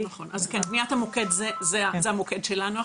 נכון, בניית המוקד זה המוקד שלנו עכשיו.